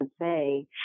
say